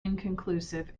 inconclusive